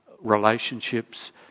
relationships